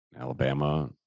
Alabama